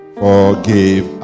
forgive